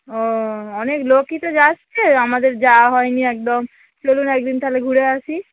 ও অনেক লোকই তো যাচ্ছে আমাদের যাওয়া হয় নি একদম চলুন এক দিন তাহলে ঘুরে আসি